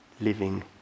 living